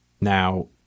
Now